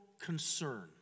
concern